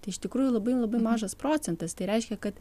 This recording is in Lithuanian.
tai iš tikrųjų labai labai mažas procentas tai reiškia kad